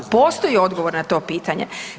Postoji odgovor na to pitanje.